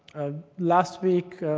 last week,